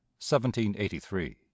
1783